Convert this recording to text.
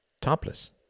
topless